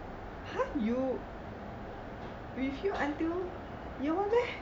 !huh! you with him until year one meh